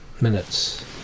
minutes